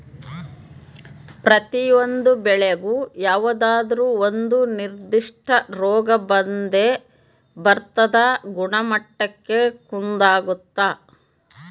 ಪ್ರತಿಯೊಂದು ಬೆಳೆಗೂ ಯಾವುದಾದ್ರೂ ಒಂದು ನಿರ್ಧಿಷ್ಟ ರೋಗ ಬಂದೇ ಬರ್ತದ ಗುಣಮಟ್ಟಕ್ಕ ಕುಂದಾಗುತ್ತ